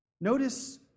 Notice